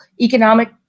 economic